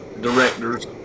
directors